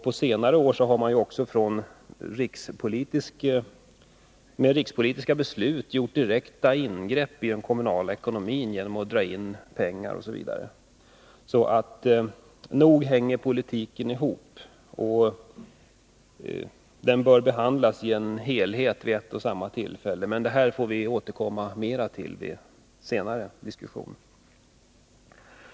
På senare år har man även med rikspolitiska beslut gjort direkta ingrepp i den kommunala ekonomin genom att dra in pengar osv. Så nog hänger politiken ihop. Den bör behandlas såsom en helhet vid ett och samma tillfälle. Men detta får vi återkomma till i senare diskussioner.